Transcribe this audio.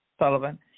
Sullivan